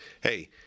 hey